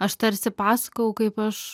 aš tarsi pasakojau kaip aš